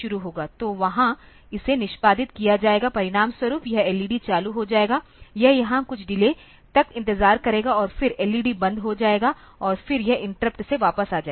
तो वहा इसे निष्पादित किया जाएगा परिणामस्वरूप यह एलईडी चालू हो जाएगा यह यहां कुछ डिले तक इंतजार करेगा और फिर एलईडी बंद हो जाएगा और फिर यह इंटरप्ट से वापस आ जाएगा